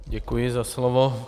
Děkuji za slovo.